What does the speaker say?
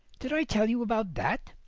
did i tell you about that?